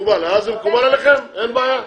מקובל עליכם, אין בעיה.